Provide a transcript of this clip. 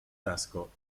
tasko